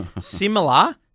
similar